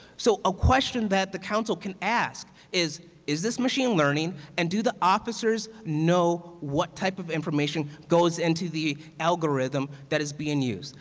so a question that the council can ask is, is this machine learning and do the officers know what type of information goes into the algorithm that is being used.